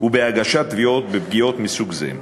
ובהגשת תביעות בפגיעות מסוג זה.